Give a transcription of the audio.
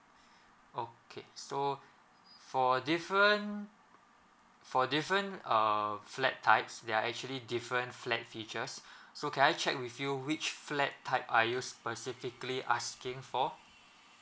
okay so for different for different err flat types there are actually different flat features so can I check with you which flat type are you specifically asking for